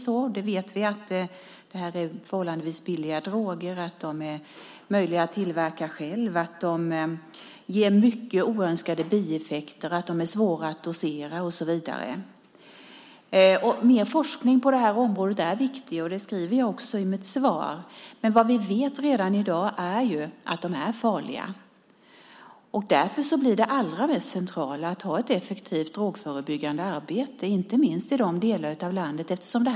Vi vet att det är förhållandevis billiga droger, att det är möjligt att tillverka dem själv, att de ger många oönskade bieffekter, att de är svåra att dosera och så vidare. Mer forskning på det här området är viktigt, och det skriver jag också i mitt svar. Men vad vi vet redan i dag är ju att de är farliga. Därför blir det allra mest centrala att ha ett effektivt drogförebyggande arbete, inte minst i de delar av landet där de här drogerna är vanligast.